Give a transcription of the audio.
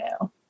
now